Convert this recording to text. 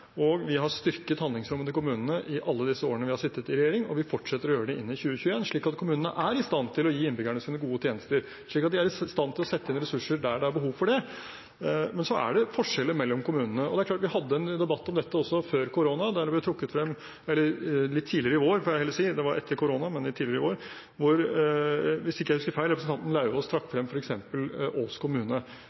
Vi har styrket kommunenes handlingsrom alle de årene vi har sittet i regjering, og vi fortsetter å gjøre det inn i 2021, slik at kommunene skal være i stand til å gi innbyggerne sine gode tjenester og sette inn ressurser der det er behov for det. Men det er forskjeller mellom kommunene. Vi hadde en debatt om dette også litt tidligere i år, i vår, der representanten Lauvås trakk frem – hvis jeg ikke husker feil – Ås kommune, f.eks. De har økonomiske utfordringer fordi de trodde på en mye høyere befolkningsvekst enn det